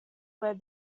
where